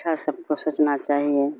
اچھا سب کو سوچنا چاہیے